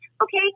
okay